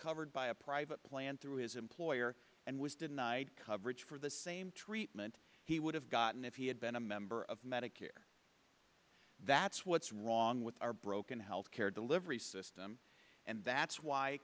covered by a private plan through his employer and was denied coverage for the same treatment he would have gotten if he had been a member of medicare that's what's wrong with our broken health care delivery system and that's why